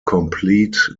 complete